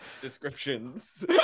descriptions